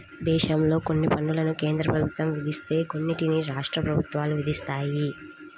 దేశంలో కొన్ని పన్నులను కేంద్ర ప్రభుత్వం విధిస్తే కొన్నిటిని రాష్ట్ర ప్రభుత్వాలు విధిస్తాయి